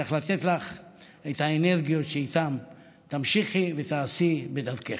צריך לתת לך את האנרגיות שאיתן תמשיכי ותעשי בדרכך.